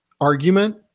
argument